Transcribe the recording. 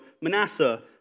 Manasseh